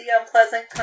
unpleasant